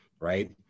right